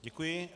Děkuji.